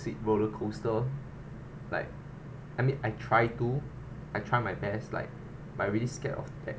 sit roller coaster like I mean I tried to I tried my best like but I really scared of that